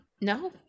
no